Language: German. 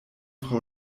frau